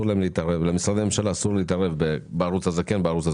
למשרדי ממשלה אסור להתערב באיזה ערוץ לפרסם.